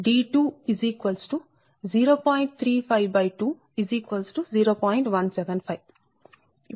అదే విధంగా d20